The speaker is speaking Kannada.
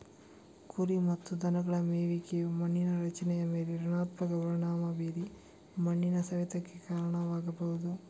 ಕುರಿ ಮತ್ತು ದನಗಳ ಮೇಯುವಿಕೆಯು ಮಣ್ಣಿನ ರಚನೆಯ ಮೇಲೆ ಋಣಾತ್ಮಕ ಪರಿಣಾಮ ಬೀರಿ ಮಣ್ಣಿನ ಸವೆತಕ್ಕೆ ಕಾರಣವಾಗ್ಬಹುದು